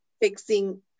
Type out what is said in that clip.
fixing